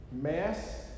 Mass